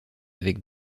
avec